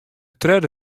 tredde